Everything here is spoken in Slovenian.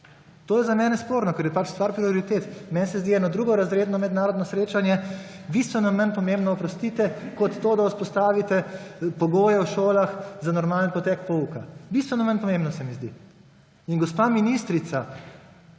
To je za mene sporno, ker je pač stvar prioritet. Meni se zdi eno drugorazredno mednarodno srečanje bistveno manj pomembno, oprostite, kot to, da vzpostavite pogoje v šolah za normalen potek pouka, bistveno manj pomembno se mi zdi. In gospa ministrica,